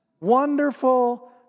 Wonderful